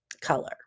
color